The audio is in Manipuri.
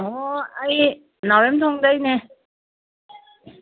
ꯍꯣ ꯑꯩ ꯅꯥꯎꯔꯦꯝꯊꯣꯡꯗꯒꯤꯅꯦ